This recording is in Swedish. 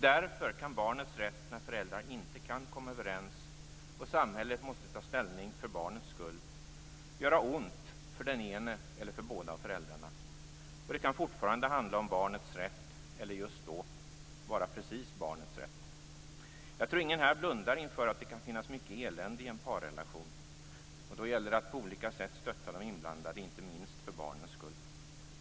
Därför kan barnets rätt, när föräldrar inte kan komma överens och samhället måste ta ställning för barnets skull, göra ont för den ene eller för båda av föräldrarna. Ändå kan det fortfarande handla om barnets rätt, eller just då vara precis barnets rätt. Jag tror ingen här blundar inför att det kan finnas mycket elände i en parrelation. Då gäller det att på olika sätt stötta de inblandade - inte minst för barnens skull.